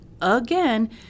again